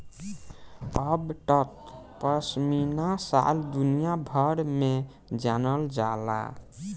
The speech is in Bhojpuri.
अब त पश्मीना शाल दुनिया भर में जानल जाता